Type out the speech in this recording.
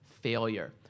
failure